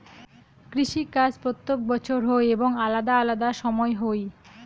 কৃষি কাজ প্রত্যেক বছর হই এবং আলাদা আলাদা সময় হই